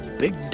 big